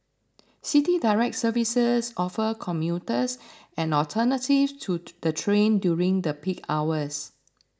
City Direct services offer commuters an alternative to the train during the peak hours